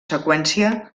seqüència